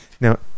Now